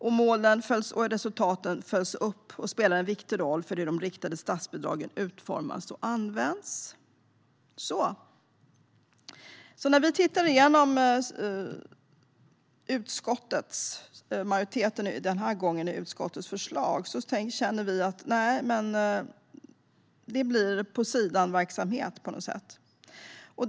Att målen och resultaten följs upp spelar en viktig roll för hur de riktade statsbidragen utformas och används. När vi tittar igenom utskottsmajoritetens förslag känner vi att det på något sätt blir på-sidan-verksamhet.